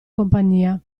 compagnia